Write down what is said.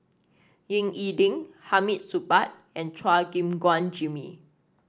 Ying E Ding Hamid Supaat and Chua Gim Guan Jimmy